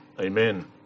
Amen